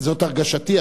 זו הרגשתי.